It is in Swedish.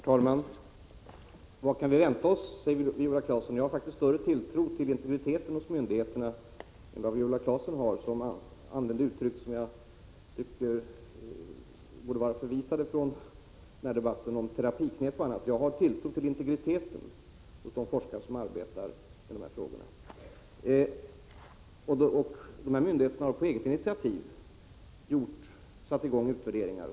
Herr talman! Vad kan vi vänta oss? frågar Viola Claesson. Jag har faktiskt större tilltro till myndigheternas integritet än vad Viola Claesson har, som använde uttryck som jag tycker borde vara förvisade från den här debatten — hon talade bl.a. om terapiknep. Jag har tilltro till integriteten hos de forskare som arbetar med de här frågorna. Myndigheterna har på egna initiativ satt i gång utvärderingar.